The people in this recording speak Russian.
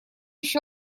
есть